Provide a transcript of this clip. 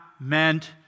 meant